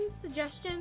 suggestions